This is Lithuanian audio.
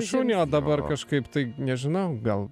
šunį o dabar kažkaip tai nežinau gal